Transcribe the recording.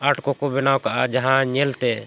art ᱠᱚᱠᱚ ᱵᱮᱱᱟᱣ ᱠᱟᱜᱼᱟ ᱡᱟᱦᱟᱸ ᱧᱮᱞ ᱛᱮ